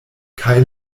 kaj